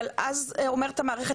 אבל אז אומרת המערכת,